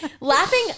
Laughing